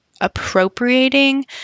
appropriating